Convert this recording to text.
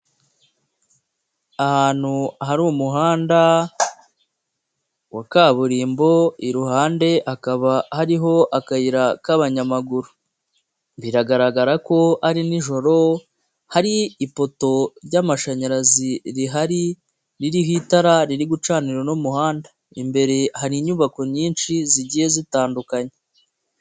Ahantu hari umuhanda wa kaburimbo iruhande hakaba hariho akayira k'abanyamaguru. Biragaragara ko ari nijoro hari ipoto ry'amashanyarazi rihari, ririho itara riri gucanira uno muhanda, imbere hari inyubako nyinshi zigiye zitandukanye.